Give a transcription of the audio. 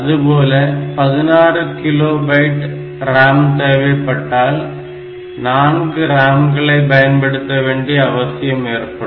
அதுபோல 16 kilobyte RAM தேவைப்பட்டால் 4 RAM களை பயன்படுத்த வேண்டிய அவசியம் ஏற்படும்